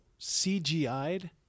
CGI'd